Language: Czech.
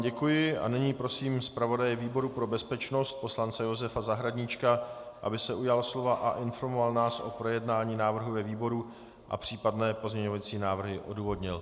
Děkuji vám a nyní prosím zpravodaje výboru pro bezpečnost poslance Josefa Zahradníčka, aby se ujal slova a informoval nás o projednání návrhu ve výboru a případné pozměňovací návrhy odůvodnil.